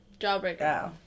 Jawbreaker